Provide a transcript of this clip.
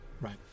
right